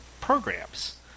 programs